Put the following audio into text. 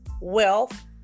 wealth